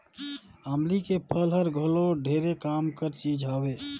अमली के फर हर घलो ढेरे काम कर चीज हवे